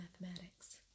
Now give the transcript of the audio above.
mathematics